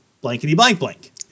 blankety-blank-blank